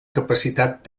capacitat